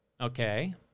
Okay